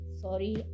Sorry